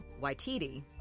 Waititi